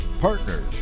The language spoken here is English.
Partners